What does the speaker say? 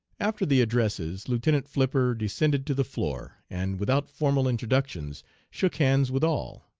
after the addresses lieutenant flipper descended to the floor, and without formal introductions shook hands with all.